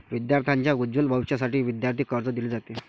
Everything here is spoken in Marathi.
विद्यार्थांच्या उज्ज्वल भविष्यासाठी विद्यार्थी कर्ज दिले जाते